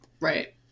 Right